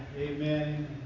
Amen